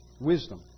wisdom